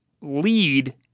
lead